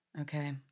Okay